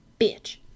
Bitch